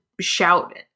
shout